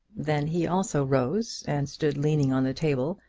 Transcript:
then he also rose, and stood leaning on the table.